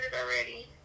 already